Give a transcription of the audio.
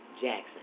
Jackson